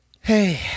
Hey